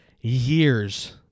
years